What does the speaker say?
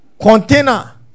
Container